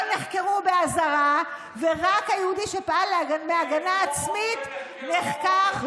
נחקרו באזהרה ורק היהודי שפעל להגנה עצמית נחקר,